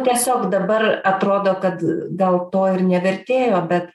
tiesiog dabar atrodo kad gal to ir nevertėjo bet